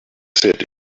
said